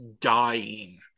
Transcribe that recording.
dying